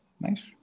nice